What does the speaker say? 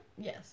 Yes